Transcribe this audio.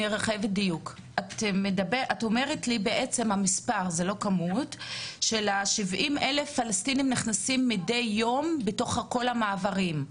את אומרת ש-70,000 פלסטינים נכנסים מידי יום דרך כל המעברים.